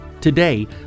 Today